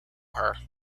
her